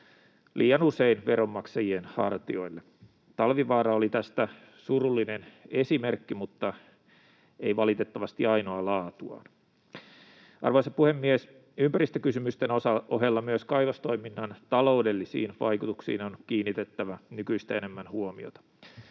liian usein veronmaksajien hartioille. Talvivaara oli tästä surullinen esimerkki, mutta ei valitettavasti ainoa laatuaan. Arvoisa puhemies! Ympäristökysymysten ohella myös kaivostoiminnan taloudellisiin vaikutuksiin on kiinnitettävä nykyistä enemmän huomiota.